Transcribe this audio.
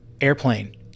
Airplane